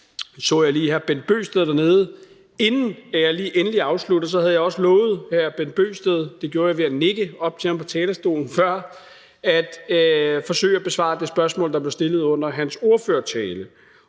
så jeg lige hr. Bent Bøgsted dernede, så inden jeg endelig afslutter, vil jeg også lige, for det havde jeg lovet hr. Bent Bøgsted – det gjorde jeg ved at nikke op til ham på talerstolen før – forsøge at besvare det spørgsmål, der blev stillet under hans ordførertale.